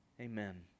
amen